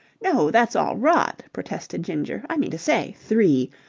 no, that's all rot, protested ginger. i mean to say three.